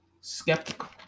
skeptical